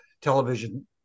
television